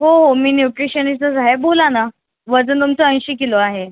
हो हो मी न्यूट्रिशनिस्टच आहे बोला ना वजन तुमचं ऐंशी किलो आहे